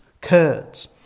Kurds